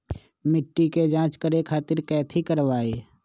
मिट्टी के जाँच करे खातिर कैथी करवाई?